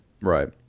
Right